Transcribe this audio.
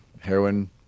heroin